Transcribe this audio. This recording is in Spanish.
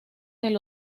del